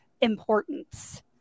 importance